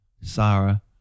sarah